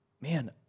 Man